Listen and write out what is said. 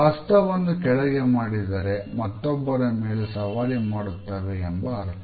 ಹಸ್ತವನ್ನು ಕೆಳಗೆ ಮಾಡಿದರೆ ಮತ್ತೊಬ್ಬರ ಮೇಲೆ ಸವಾರಿ ಮಾಡುತ್ತವೆ ಎಂಬ ಅರ್ಥ